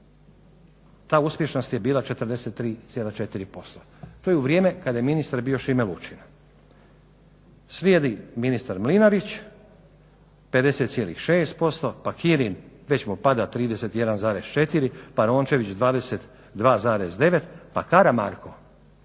ta uspješnost je bila 43,4%. To je u vrijeme kada je ministar bio Šime Lučin. Slijedi ministar Mlinarić 50,6% pa Kirin već mu pada 31,4% pa Rončević 22,9% pa Karamarko